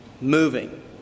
moving